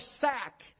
sack